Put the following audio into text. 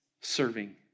serving